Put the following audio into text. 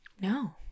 No